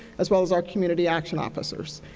as well as our community action officers.